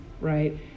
right